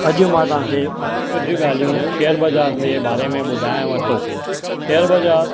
अॼु मां तव्हांखे कुझु ॻाल्हियूं शेयर बाज़ारि जे बारे में ॿुधायांव थो शेयर बाज़ारि